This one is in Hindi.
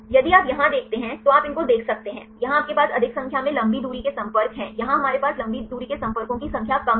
यदि आप यहाँ देखते हैं तो आप इनको देख सकते हैं यहाँ आपके पास अधिक संख्या में लंबी दूरी के संपर्क हैं यहाँ हमारे पास लंबी दूरी के संपर्कों की संख्या कम है